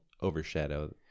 overshadow